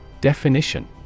Definition